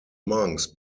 monks